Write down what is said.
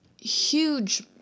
huge